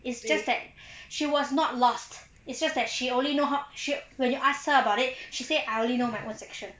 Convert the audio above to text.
it's just that she was not lost it's just that she only know how she when you ask her about it she say I only know my own section